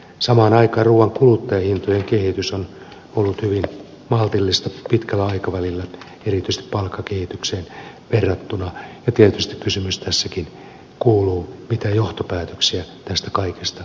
samaan aikaan ruuan kuluttajahintojen kehitys on ollut hyvin maltillista pitkällä aikavälillä erityisesti palkkakehitykseen verrattuna ja tietysti kysymys tässäkin kuuluu mitä johtopäätöksiä tästä kaikesta on tehtävä